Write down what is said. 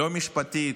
לא משפטית,